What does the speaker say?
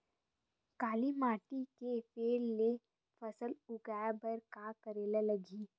काली माटी म फेर ले फसल उगाए बर का करेला लगही?